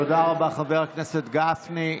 תודה רבה, חבר הכנסת גפני.